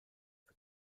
für